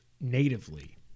natively